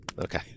Okay